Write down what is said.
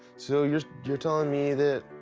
so, you're you're telling me that